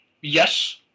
Yes